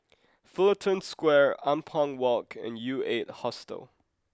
Fullerton Square Ampang Walk and U eight Hostel